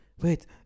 Wait